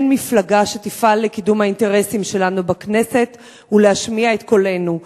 אין מפלגה שתפעל לקידום האינטרסים שלנו בכנסת ולהשמיע את קולנו.